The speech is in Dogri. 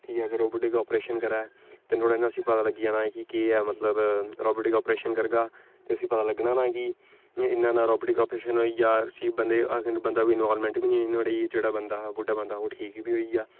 ठीक ऐ अगर रोबट गै अप्रेशन करै ते नोहाड़े नै उसी पता लग्गी जाना कि केह् ऐ मतलब रोबोट जे अप्रेशन करगा ते उसी पता लग्गना ना कि इ'यां इ'यां रोबोटिक अप्रेशन होई गेआ उसी बंदे गी अगर बंदा कोई नार्मल बी निं होई जेह्ड़ा बंदा बुड्ढा बंदा ओह् ठीक बी होई गेआ